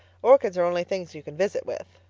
orchids are only things you can visit with.